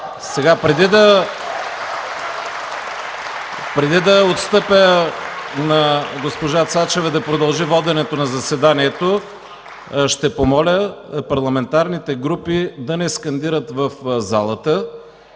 Преди да отстъпя на госпожа Цачева да продължи воденето на заседанието, ще помоля парламентарните групи да не скандират в залата.